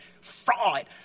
fraud